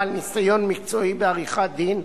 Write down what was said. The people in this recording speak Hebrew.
בעל ניסיון מקצועי בעריכת-דין,